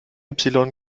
epsilon